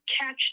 catch